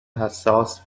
حساس